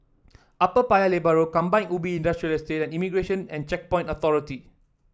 Upper Paya Lebar Road Kampong Ubi Industrial Estate Immigration and Checkpoints Authority